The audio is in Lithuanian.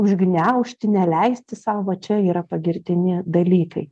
užgniaužti neleisti sau va čia yra pagirtini dalykai